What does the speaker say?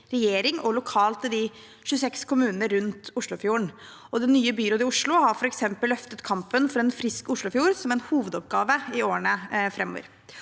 regjering og lokalt i de 26 kommunene rundt Oslofjorden. Det nye byrådet i Oslo har f.eks. løftet kampen for en frisk oslofjord som en hovedoppgave i årene framover.